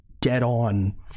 dead-on